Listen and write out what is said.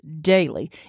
daily